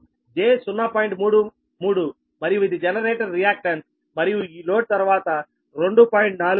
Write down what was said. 33 మరియు ఇది generator reactance మరియు ఈ లోడ్ తర్వాత 2